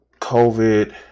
COVID